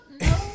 no